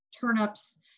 turnips